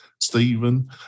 Stephen